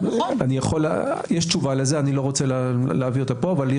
יש תשובה לזה לא רוצה להביא אותה פה יש